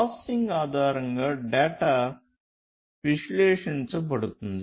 processing ఆధారంగా data విశ్లేషించబడుతుంది